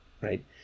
right